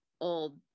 old